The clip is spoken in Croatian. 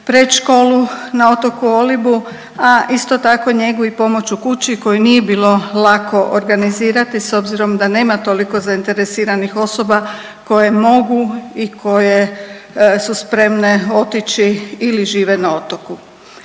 predškolu na otoku Olibu, a isto tako njegu i pomoć u kući koju nije bilo lako organizirati s obzirom da nema toliko zainteresiranih osoba koje mogu i koje su spremne otići ili žive na otoku.